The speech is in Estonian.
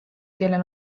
kellel